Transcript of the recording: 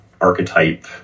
archetype